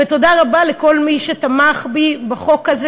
תודה רבה לכל מי שתמך בי בחוק הזה.